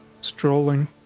strolling